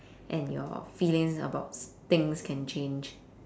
and your feelings about s~ things can change